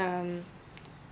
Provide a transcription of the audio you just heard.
um